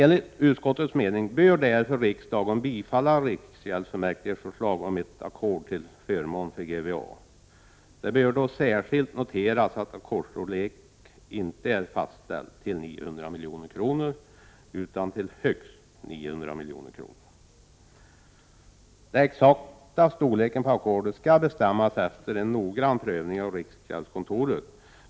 Enligt utskottets mening bör riksdagen därför bifalla riksgäldsfullmäktiges förslag om ett ackord till förmån för Götaverken Arendal. Det bör då särskilt noteras att ackordstorleken inte är fastställd till 900 milj.kr. utan till högst 900 milj.kr. Den exakta storleken på ackordet skall bestämmas efter en noggrann prövning av riksgäldskontoret.